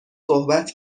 صحبت